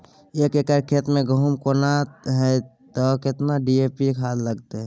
एक एकर खेत मे गहुम बोना है त केतना डी.ए.पी खाद लगतै?